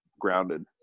grounded